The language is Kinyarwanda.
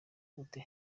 gute